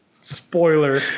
spoiler